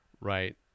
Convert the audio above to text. right